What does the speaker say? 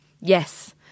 Yes